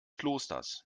klosters